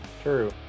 True